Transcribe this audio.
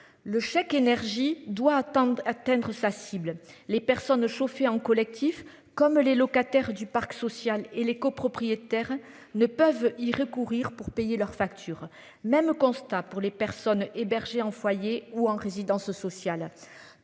Le chèque énergie doit attendre atteindre sa cible les personnes chauffées en collectif comme les locataires du parc social et les copropriétaires ne peuvent y recourir pour payer leurs factures. Même constat pour les personnes hébergées en foyer ou en résidence sociale.